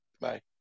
Bye